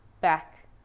back